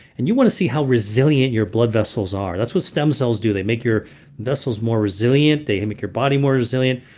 and you want to see how resilient your blood vessels are. that's what stem cells do. they make your vessels more resilient. they make your body more resilient.